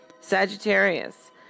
Sagittarius